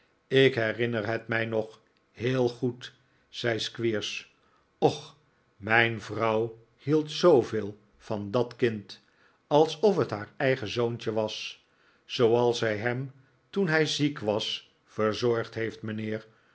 ik herinner het mij nog heel goed zei squeers och mijn vrouw hield zooveel van dat kind alsof het haar eigen zoontje was zooals zij hem toen hij ziek was verzorgd heeft mijnheer